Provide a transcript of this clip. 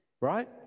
right